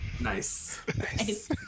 Nice